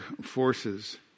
forces